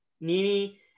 Nini